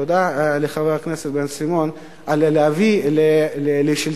תודה לחבר הכנסת בן-סימון, להביא להפלת השלטון.